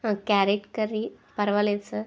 carrot curry పర్వాలేదు sir